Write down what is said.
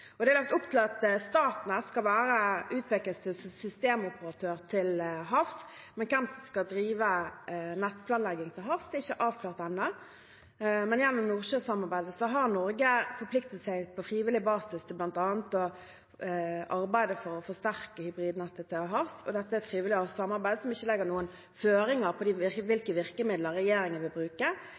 Det er lagt opp til at Statnett skal utpekes til systemoperatør til havs, men hvem som skal drive nettplanlegging til havs, er ikke avklart ennå. Men gjennom Nordsjøsamarbeidet har Norge på frivillig basis forpliktet seg til bl.a. å arbeide for å forsterke hybridnettet til havs, og dette er et frivillig samarbeid som ikke legger noen føringer for hvilke virkemidler regjeringen vil bruke.